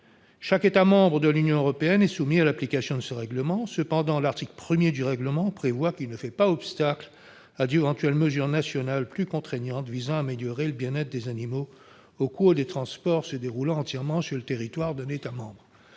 Chaque État membre de l'Union européenne est soumis à l'application de ce règlement. Cependant, l'article 1 du règlement prévoit que ce dernier « ne fait pas obstacle à d'éventuelles mesures nationales plus contraignantes visant à améliorer le bien-être des animaux au cours des transports se déroulant entièrement sur le territoire d'un État membre